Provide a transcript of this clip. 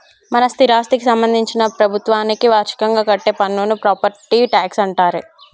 మన స్థిరాస్థికి సంబందించిన ప్రభుత్వానికి వార్షికంగా కట్టే పన్నును ప్రాపట్టి ట్యాక్స్ అంటారే